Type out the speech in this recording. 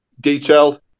detailed